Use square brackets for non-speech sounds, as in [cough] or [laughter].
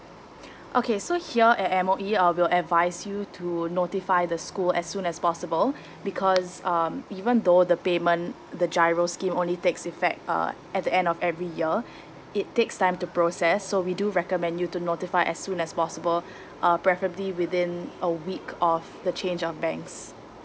[breath] okay so here at M_O_E uh we'll advice you to notify the school as soon as possible [breath] because um even though the payment the giro scheme only takes effect uh at the end of every year [breath] it takes time to process so we do recommend you to notify as soon as possible [breath] uh preferably within a week of the change of banks